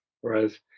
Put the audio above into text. Whereas